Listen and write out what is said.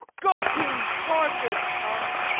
go to, charm your tongue.